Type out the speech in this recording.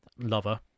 Lover